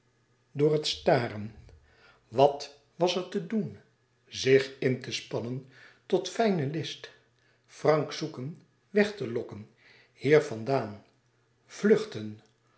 door het staren wat was er te doen zich in te spannen tot fijne list frank zoeken weg te lokken hier van daan vluchten